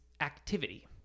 activity